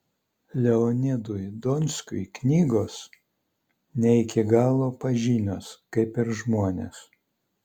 leonidui donskiui knygos ne iki galo pažinios kaip ir žmonės